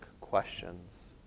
questions